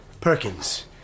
Perkins